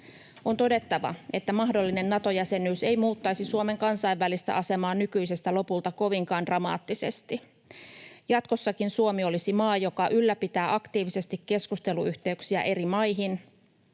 On todettava, että mahdollinen Nato-jäsenyys ei muuttaisi Suomen kansainvälistä asemaa nykyisestä lopulta kovinkaan dramaattisesti. Jatkossakin Suomi olisi maa, joka ylläpitää aktiivisesti keskusteluyhteyksiä eri maihin,